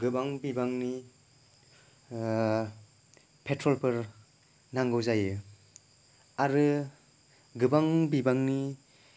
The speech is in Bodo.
गोबां बिबांनि पेट्रलफोर नांगौ जायो आरो गोबां बिबांनि पेट्रल नांगौ जायोब्ला गोबां बिबांनि